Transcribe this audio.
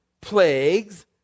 plagues